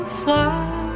fly